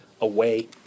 away